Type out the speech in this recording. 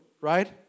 right